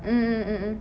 mm mm mm